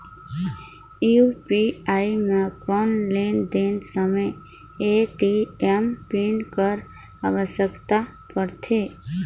UPI म कौन लेन देन समय ए.टी.एम पिन कर आवश्यकता पड़थे?